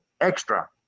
extra